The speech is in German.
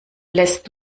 lässt